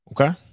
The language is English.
Okay